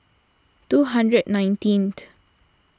two hundred nineteenth